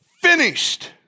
finished